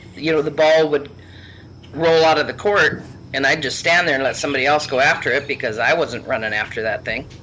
you know the ball would roll out of the court and i'd just stand there and let somebody else go after it because i wasn't running after that thing